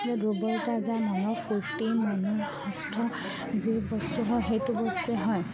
দুৰ্বলতা যায় মনৰ ফূৰ্তি মানুহ হস্ত যি বস্তু হয় সেইটো বস্তুৱে হয়